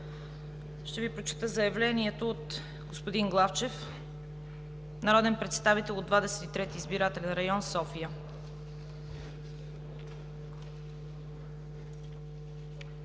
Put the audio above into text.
Ще Ви прочета заявлението от господин Главчев, народен представител от 23-ти избирателен район София: